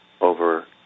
over